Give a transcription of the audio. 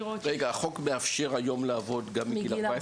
החוק היום מאפשר לעבוד גם מגיל 14?